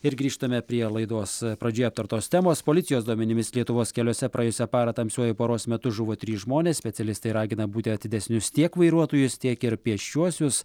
ir grįžtame prie laidos pradžioje aptartos temos policijos duomenimis lietuvos keliuose praėjusią parą tamsiuoju paros metu žuvo trys žmonės specialistai ragina būti atidesnius tiek vairuotojus tiek ir pėsčiuosius